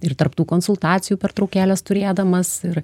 ir tarp tų konsultacijų pertraukėles turėdamas ir